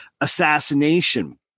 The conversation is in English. assassination